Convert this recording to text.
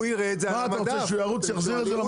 מה, אתה רוצה שהוא ירוץ ויחזיר את זה למקום?